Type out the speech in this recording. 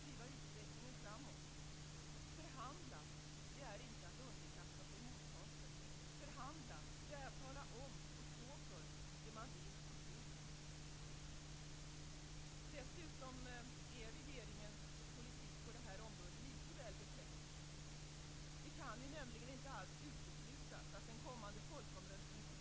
Vi kan minska dem. Vi kan minska anslaget kraftigt.